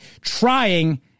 trying